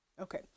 Okay